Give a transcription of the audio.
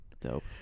dope